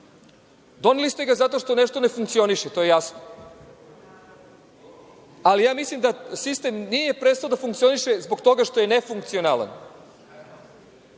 Doneli ste ga zato što nešto ne funkcioniše, to je jasno. Ali, mislim da sistem nije prestao da funkcioniše zbog toga što je nefunkcionalan,